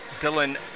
Dylan